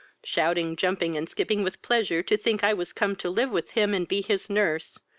shouting, jumping, and skipping with pleasure, to think i was come to live with him, and be his nurse,